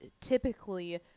typically –